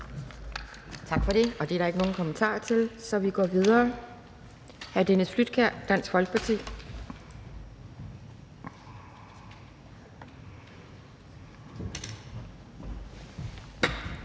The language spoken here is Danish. Tak for det. Der er ikke nogen kommentarer, så vi går videre til hr. Dennis Flydtkjær, Dansk Folkeparti.